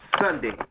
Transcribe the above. Sunday